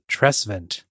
Tresvent